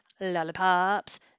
lollipops